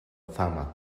fama